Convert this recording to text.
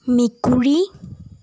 মেকুৰী